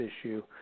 issue